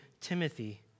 Timothy